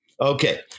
Okay